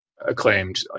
acclaimed